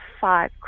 five